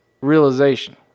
realization